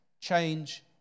change